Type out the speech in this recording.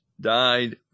died